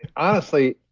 honestly,